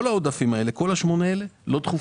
כל העודפים האלה, כל השמונה האלה לא דחופים.